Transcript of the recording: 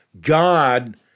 God